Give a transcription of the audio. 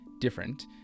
different